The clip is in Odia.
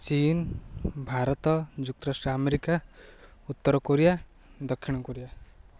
ଚୀନ ଭାରତ ଯୁକ୍ତରାଷ୍ଟ୍ର ଆମେରିକା ଉତ୍ତର କୋରିଆ ଦକ୍ଷିଣ କୋରିଆ